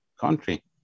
country